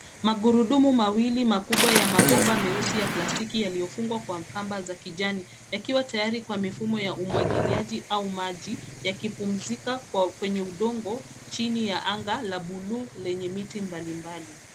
Magurudumu mawili makubwa ya mabomba meusi ya plastiki yaliyofungwa kwa kamba za kijani yakiwa tayari kwa mifumo ya umwagiliaji au maji yakipumzika kwenye udongo chini ya anga la buluu lenye miti mbalimbali.